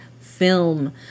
film